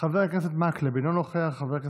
חבר הכנסת מקלב, אינו נוכח,